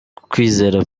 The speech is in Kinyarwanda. kwizera